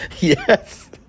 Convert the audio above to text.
Yes